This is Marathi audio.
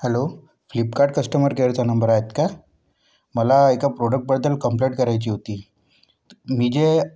हॅलो फ्लिपकार्ट कस्टमर केअरचा नंबर आहेत का मला एका प्रॉडक्टबद्दल कंप्लेंट करायची होती मी जे